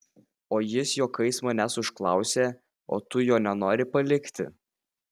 o jis juokais manęs užklausė o tu jo nenori palikti